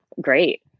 great